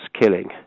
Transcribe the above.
killing